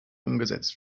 umgesetzt